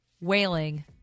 wailing